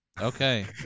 okay